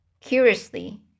curiously